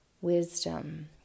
wisdom